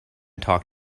talk